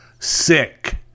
sick